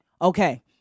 Okay